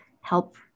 help